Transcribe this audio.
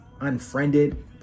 unfriended